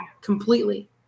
completely